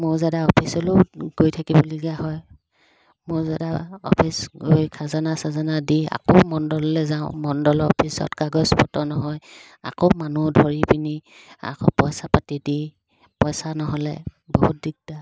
মৌজাদাৰ অফিচলৈয়ো গৈ থাকিবলগীয়া হয় মৌজাদাৰ অফিচ গৈ খাজানা চাজানা দি আকৌ মণ্ডললৈ যাওঁ মণ্ডলৰ অফিচত কাগজপত্ৰ নহয় আকৌ মানুহ ধৰি পিনি আকৌ পইচ পাতি দি পইচা নহ'লে বহুত দিগদাৰ